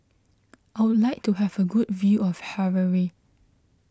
I would like to have a good view of Harare